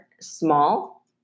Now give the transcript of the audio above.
small